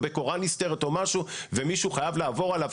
בקורה נסתרת או משהו ומישהו חייב לעבור עליו.